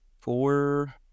four